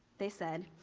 they said,